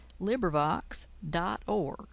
LibriVox.org